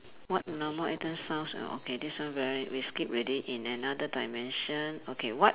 what normal item sounds ah okay this one very we skip already in another dimension okay what